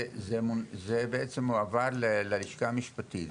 זה מועבר ללשכה המשפטית,